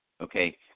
okay